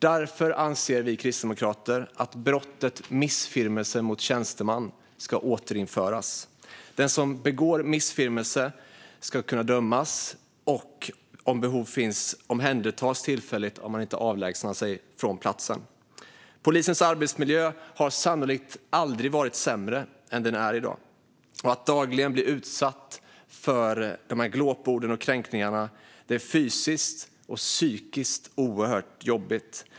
Därför anser vi kristdemokrater att brottet missfirmelse mot tjänsteman ska återinföras. Den som begår missfirmelse ska kunna dömas och, om behov finns, omhändertas tillfälligt om man inte avlägsnar sig från platsen. Polisens arbetsmiljö har sannolikt aldrig varit sämre än i dag. Att dagligen bli utsatt för dessa glåpord och kränkningar är fysiskt och psykiskt oerhört jobbigt.